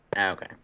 Okay